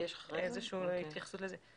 התייחסות לזה.